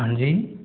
हाँ जी